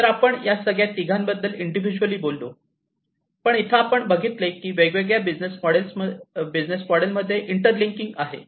तर आपण ह्या सगळ्या तिघांबद्दल इंडिव्हिज्युअलि बोललो पण येथे आपण असे बघितले की या वेगवेगळ्या बिझनेस मॉडेलमध्ये इंटरलींकिंग आहे